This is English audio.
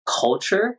culture